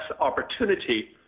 opportunity